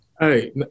Hey